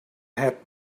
have